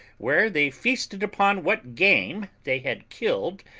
where they feasted upon what game they had killed,